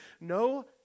no